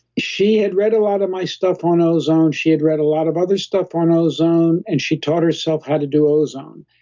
she had read a lot of my stuff on ozone, she had read a lot of other stuff on ozone, and she taught herself how to do ozone.